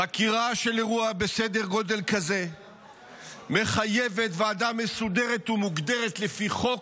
חקירה של אירוע בסדר גודל כזה מחייבת ועדה מסודרת ומוגדרת לפי חוק,